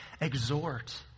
exhort